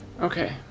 Okay